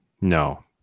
No